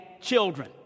children